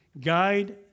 guide